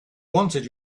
wanted